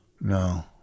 No